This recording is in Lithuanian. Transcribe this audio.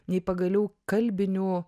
nei pagaliau kalbinių